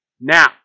Now